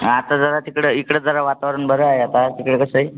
आता जरा तिकडं इकडं जरा वातावरन बरंय आता तिकडे कसंय